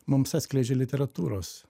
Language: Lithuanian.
mums atskleidžia literatūros